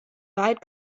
wahrheit